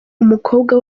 umukobwa